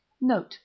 Note